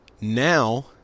now